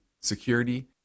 security